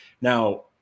now